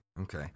Okay